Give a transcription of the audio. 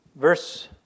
Verse